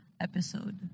episode